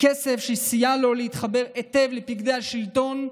כסף שסייע לו להתחבר היטב לפקידי השלטון,